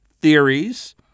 theories